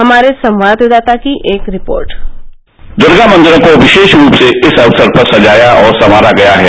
हमारे संवाददाता की एक रिपोर्ट दुर्गा मन्दिरों को विशेष रूप से इस अवसर पर सजाया और संवारा गया हैं